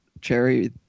Cherry